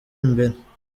imbere